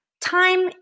time